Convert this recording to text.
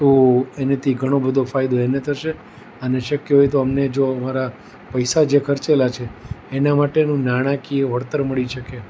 તો એનેથી ઘણો બધો ફાયદો એને થશે અને શક્ય હોય તો અમને જો અમારા પૈસા જે ખર્ચેલા છે એના માટેનું નાણાકીય વળતર મળી શકે